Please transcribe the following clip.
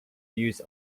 views